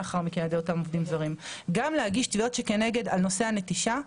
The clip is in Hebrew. גם להגיש תביעות שכנגד על נושא הנטישה,